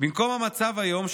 במקום המצב היום,